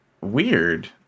weird